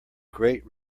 great